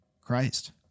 Christ